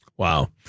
Wow